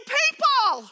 people